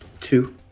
Two